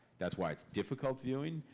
that's why it's difficult viewing.